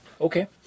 Okay